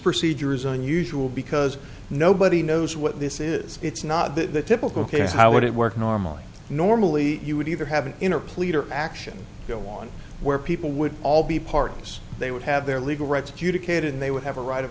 procedure is unusual because nobody knows what this is it's not the typical case how would it work normally normally you would either have an inner pleader action go on where people would all be parties they would have their legal rights adjudicated they would have a right of